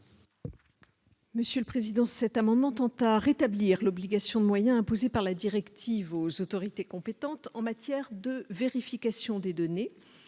sceaux. Le présent amendement vise à rétablir l'obligation de moyens imposée par la directive aux autorités compétentes en matière de vérification des données